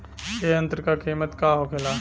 ए यंत्र का कीमत का होखेला?